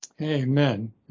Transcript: Amen